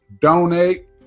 donate